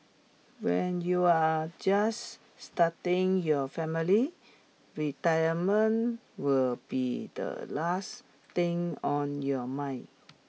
when you are just starting your family retirement will be the last thing on your mind